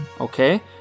Okay